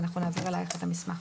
ואנחנו נעביר אלייך את המסמך.